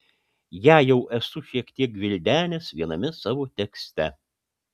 ją jau esu šiek tiek gvildenęs viename savo tekste